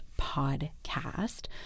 podcast